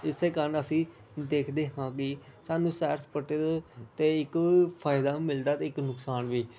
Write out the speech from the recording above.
ਇਸੇ ਕਾਰਨ ਅਸੀਂ ਦੇਖਦੇ ਹਾਂ ਕਿ ਸਾਨੂੰ ਸੈਰ ਸਪਾਟਾ ਦ ਅਤੇ ਇੱਕ ਫਾਇਦਾ ਮਿਲਦਾ ਅਤੇ ਇੱਕ ਨੁਕਸਾਨ ਵੀ